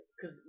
cause